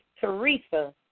Teresa